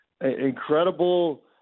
incredible